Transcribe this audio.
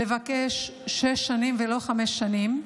לבקש שש שנים ולא חמש שנים,